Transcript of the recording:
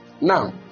now